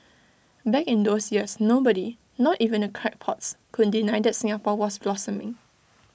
back in those years nobody not even the crackpots could deny that Singapore was blossoming